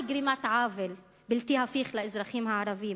גרימת עוול בלתי הפיך לאזרחים הערבים,